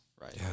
right